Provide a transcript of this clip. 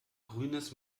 grünes